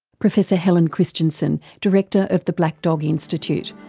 professor helen christiansen, director of the black dog institute.